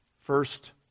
First